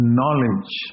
knowledge